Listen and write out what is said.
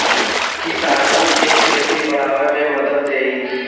किसानन के खेती बड़ावे मे मदद देई